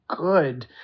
good